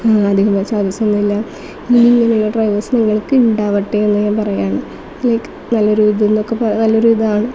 അധികം by charges ഒന്നുമല്ല ഇനി ഇങ്ങനെയുള്ള ഡ്രൈവേഴ്സ് നിങ്ങൾക്ക് ഉണ്ടാവട്ടെ എന്ന് ഞാൻ പറയുകയാണ് ലൈക്ക് നല്ലൊരു ഇത് എന്നൊക്കെ പറ നല്ലൊരു ഇതാണ് സോ